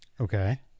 Okay